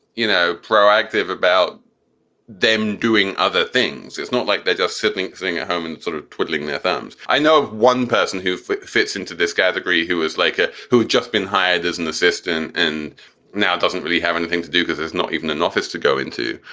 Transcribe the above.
you know, proactive about them doing other things it's not like they're just sitting at home and sort of twiddling their thumbs. i know one person who fits into this category who is like a had just been hired as an assistant and now doesn't really have anything to do because there's not even an office to go into.